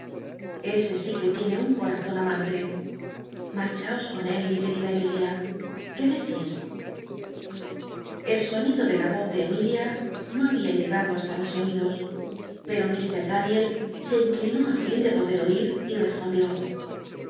si que t iene un corazon amante marchaos con él mi querida emilia qué decís el sonido de la yoz de emilia no babia llegado hasta mis oidos pero llr daniel se inclinó á fin de poder oir y respondió